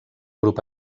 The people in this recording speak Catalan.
grup